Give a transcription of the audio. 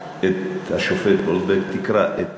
השופט גולדברג, תקרא את